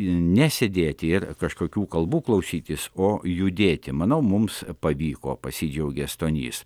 ne sėdėti ir kažkokių kalbų klausytis o judėti manau mums pavyko pasidžiaugė stonys